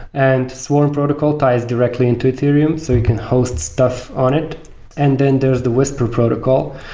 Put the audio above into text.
and sworn protocol ties directly into ethereum, so you can host stuff on it and then there is the whisper protocol,